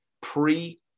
pre